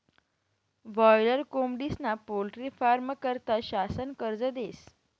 boiler कोंबडीस्ना poultry फारमं करता शासन कर्ज देस